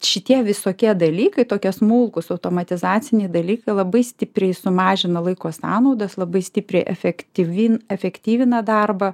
šitie visokie dalykai tokie smulkūs automatizaciniai dalykai labai stipriai sumažina laiko sąnaudas labai stipriai efektyvyn efektyvina darbą